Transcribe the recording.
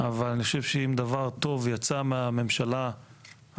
אבל אני חושב שאם דבר טוב יצא מהממשלה הקודמת,